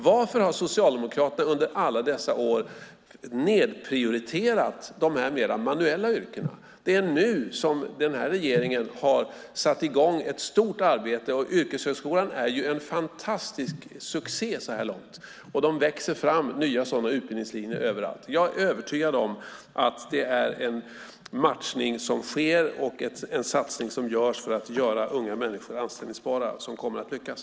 Varför har Socialdemokraterna under alla dessa år nedprioriterat dessa mer manuella yrken? Det är nu som den här regeringen har satt i gång ett stort arbete. Yrkeshögskolan är en fantastisk succé så här långt. Nya sådana utbildningslinjer växer fram överallt. Jag är övertygad om att den matchning och den satsning som görs för att göra unga människor anställningsbara kommer att lyckas.